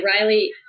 Riley